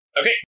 okay